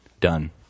Done